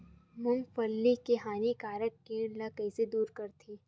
मूंगफली के हानिकारक कीट ला कइसे दूर करथे?